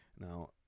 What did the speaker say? now